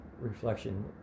reflection